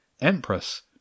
Empress